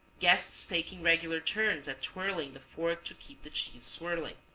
guests taking regular turns at twirling the fork to keep the cheese swirling.